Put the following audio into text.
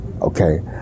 Okay